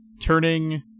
turning